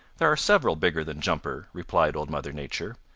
there are several bigger than jumper, replied old mother nature,